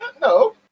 No